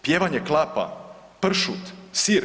Pjevanje klapa, pršut, sir?